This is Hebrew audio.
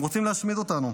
הם רוצים להשמיד אותנו,